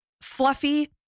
fluffy